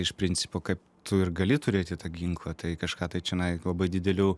iš principo kaip tu ir gali turėti tą ginklą tai kažką tai čionai labai didelių